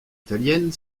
italienne